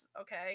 okay